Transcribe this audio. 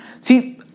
See